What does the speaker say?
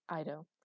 Ido